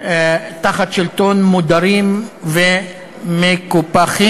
תחת שלטון, ממודרים ומקופחים.